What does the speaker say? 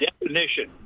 definition